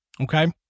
Okay